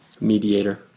Mediator